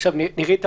נירית,